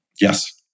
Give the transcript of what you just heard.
Yes